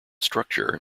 structure